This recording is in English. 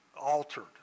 altered